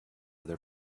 other